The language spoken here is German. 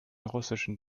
russischen